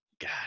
God